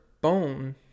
bone